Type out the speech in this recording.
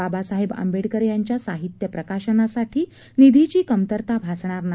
बाबासाहेब आंबेडकर यांच्या साहित्य प्रकाशनासाठी निधीची कमतरता भासणार नाही